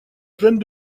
pleines